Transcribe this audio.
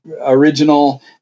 original